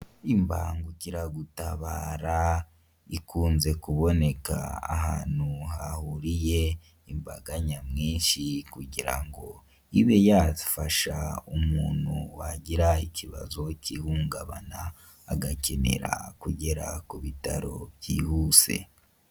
Imbangukiragutabara ikunze kuboneka ahantu hahuriye imbaga nyamwinshi kugira ngo ibe yafasha umuntu wagira ikibazo k'ihungabana agakenera kugera ku bitaro byihuse.